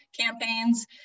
campaigns